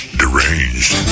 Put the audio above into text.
deranged